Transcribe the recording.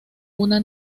una